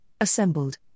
assembled